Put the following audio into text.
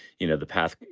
you know, the path.